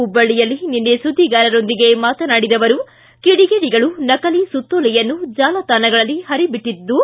ಹುಬ್ಬಳ್ಳಿಯಲ್ಲಿ ನಿನ್ನೆ ಸುದ್ದಿಗಾರರೊಂದಿಗೆ ಮಾತನಾಡಿದ ಅವರು ಕೆಡಿಗೇಡಿಗಳು ನಕಲಿ ಸುತ್ತೋಲೆಯನ್ನು ಜಾಲತಾಣಗಳಲ್ಲಿ ಪರಿಯಬಿಟ್ಟದ್ದಾರೆ